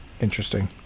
Interesting